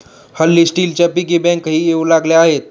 हल्ली स्टीलच्या पिगी बँकाही येऊ लागल्या आहेत